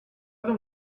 donc